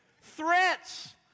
Threats